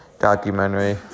Documentary